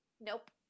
Nope